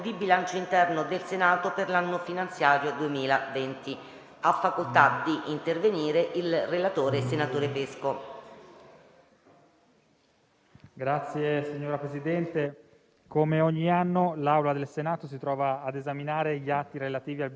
*relatore*. Signor Presidente, come ogni anno l'Assemblea del Senato si trova ad esaminare gli atti relativi al bilancio interno dell'Istituzione. Questa volta si tratta del rendiconto delle entrate e delle spese del Senato per l'anno finanziario 2019 e del progetto di bilancio relativo all'anno 2020,